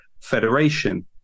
Federation